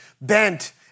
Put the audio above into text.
bent